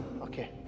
Okay